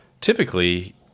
typically